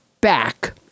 back